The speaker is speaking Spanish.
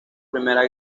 primera